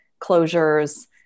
closures